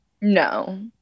No